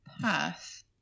path